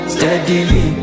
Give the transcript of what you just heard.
Steadily